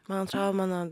man atrodo mano